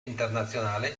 internazionale